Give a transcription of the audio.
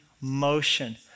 motion